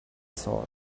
thought